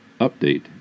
Update